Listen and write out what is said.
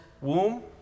womb